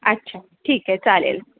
अच्छा ठीक आहे चालेल